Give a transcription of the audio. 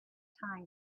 time